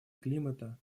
климата